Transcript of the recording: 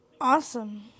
Awesome